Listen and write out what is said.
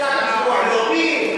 ושלילת ביטוח לאומי,